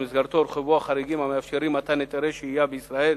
ובמסגרתו הורחבו החריגים המאפשרים מתן היתרי שהייה בישראל